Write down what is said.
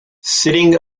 sitting